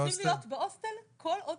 שיוכלו להיות בהוסטל, כול עוד